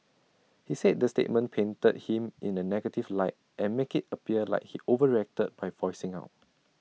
he said the statement painted him in A negative light and make IT appear like he overreacted by voicing out